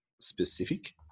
specific